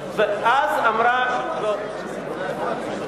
גם עכשיו אנחנו אומרים את זה.